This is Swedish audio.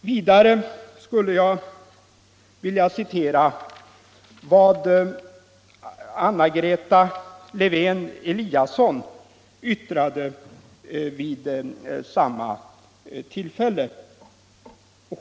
Vidare skulle jag vilja citera vad Anna Lisa Lewén-Eliasson yttrade vid samma tillfälle.